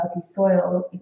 soil